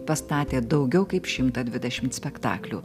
pastatė daugiau kaip šimtą dvidešim spektaklių